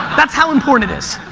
that's how important it is.